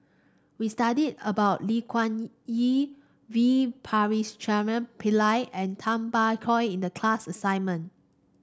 we studied about Lee Wung Yew V Pakirisamy Pillai and Tay Bak Koi in the class assignment